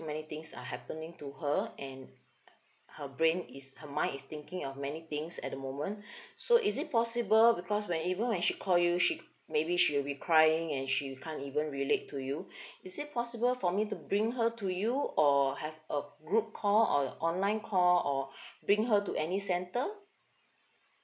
many things are happening to her and her brain is her mind is thinking of many things at the moment so is it possible because when even when she call you she maybe she'll be crying and she can't even relate to you is it possible for me to bring her to you or have a group call or online call or bring her to any center